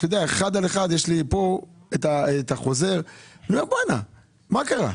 אחד על אחד יש לי כאן את החוזר ואני שואל מה קרה.